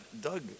Doug